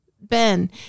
Ben